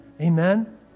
Amen